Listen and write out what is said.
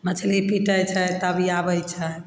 मछली पीटय छै तब आबय छै